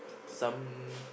some